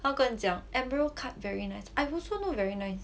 她跟我讲 emerald cut very nice I also know very nice